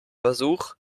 versuch